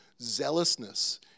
Zealousness